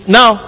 now